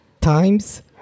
times